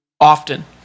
often